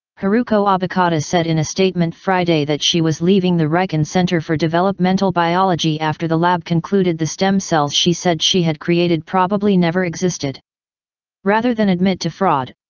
haruko obokata said in a statement on friday that she was leaving the riken centre for developmental biology after the lab concluded the stem cells she said she had created probably never existed rather than admit to fraud,